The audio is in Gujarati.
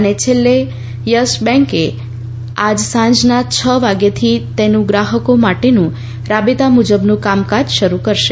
અને છેલ્લે થસ બેંક આજ સાંજના છ વાગ્યાથી તેનું ગ્રાહકો માટેનું રાબેતા મુજબનું કામકાજ શરૂ કરશે